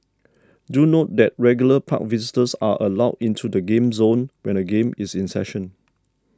do note that regular park visitors are allowed into the game zone when a game is in session